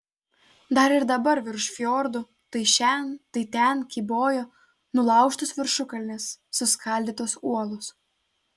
dar ir dabar virš fjordų tai šen tai ten kybojo nulaužtos viršukalnės suskaldytos uolos